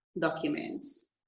documents